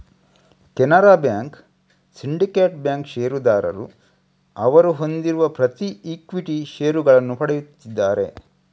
Canara bank, syndicate bank ಷೇರುದಾರರು ಅವರು ಹೊಂದಿರುವ ಪ್ರತಿ ಈಕ್ವಿಟಿ ಷೇರುಗಳನ್ನು ಪಡೆಯುತ್ತಿದ್ದಾರೆ